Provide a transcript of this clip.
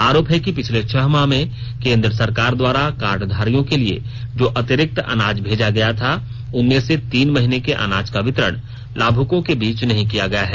आरोप है कि पिछले छह माह में केन्द्र सरकार द्वारा कार्डधारियों के लिए जो अतिरिक्त अनाज भेजा गया था उनमें से तीन महिने के अनाज का वितरण लाभुकों के बीच नहीं किया गया है